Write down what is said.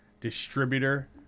distributor